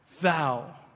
thou